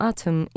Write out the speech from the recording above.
Atom